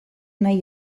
nahi